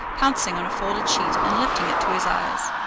pouncing on a folded sheet and lifting it to his eyes.